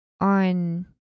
on